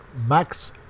Max